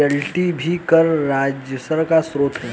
royalty भी कर राजस्व का स्रोत है